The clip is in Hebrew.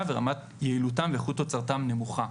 ורמת יעילותם ואיכות תוצרתם נמוכה.